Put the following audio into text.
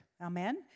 Amen